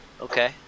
Okay